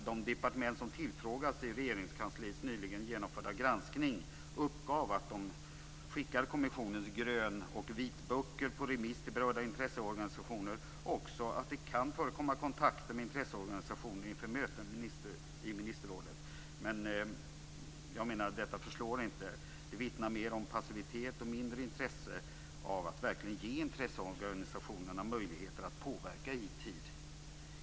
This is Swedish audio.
De departement som tillfrågats i Regeringskansliets nyligen genomförda granskning uppgav att de skickar kommissionens grön och vitböcker på remiss till berörda intresseorganisationer och också att det kan förekomma kontakter med intresseorganisationer inför möten i ministerrådet, men jag menar att detta inte förslår. Det vittnar mer om passivitet och mindre intresse av att verkligen ge intresseorganisationerna möjligheter att påverka i tid.